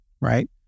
right